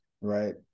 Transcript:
Right